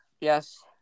Yes